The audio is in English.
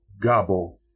gobble